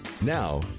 now